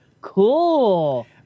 Cool